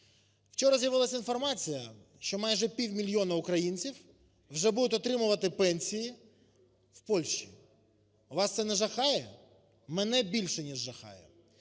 Вчора з'явилась інформація, що майже півмільйона українців вже будуть отримувати пенсії в Польщі. Вас це не жахає? Мене більше ніж жахає.